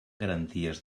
garanties